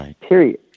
period